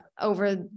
over